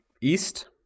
east